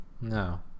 No